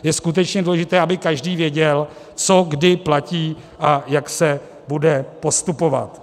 Je skutečně důležité, aby každý věděl, co kdy platí a jak se bude postupovat.